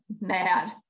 mad